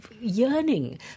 yearning